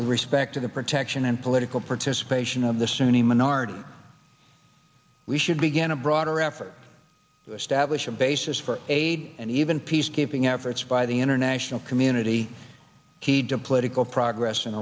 respect to the protection and political participation of the sunni minority we should begin a broader effort to establish a basis for aid and even peacekeeping efforts by the international community keyed to political progress in